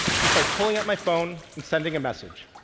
just by pulling out my phone and sending a message.